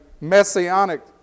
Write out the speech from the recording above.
messianic